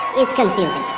it's confusing.